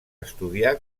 estudiar